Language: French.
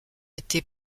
été